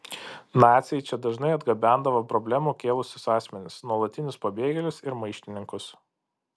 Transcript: naciai čia dažnai atgabendavo problemų kėlusius asmenis nuolatinius pabėgėlius ir maištininkus